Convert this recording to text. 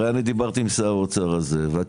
הרי אני דיברתי עם שר האוצר הזה ואת